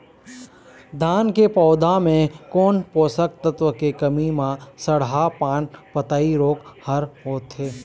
धान के पौधा मे कोन पोषक तत्व के कमी म सड़हा पान पतई रोग हर होथे?